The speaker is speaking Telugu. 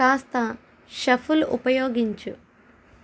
కాస్త షఫుల్ ఉపయోగించు